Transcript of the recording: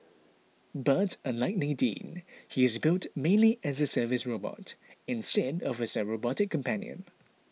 but unlike Nadine he is built mainly as a service robot instead of as a robotic companion